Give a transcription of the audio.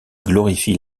glorifie